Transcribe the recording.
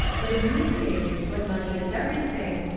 but in these days, when money is everything,